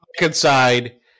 inside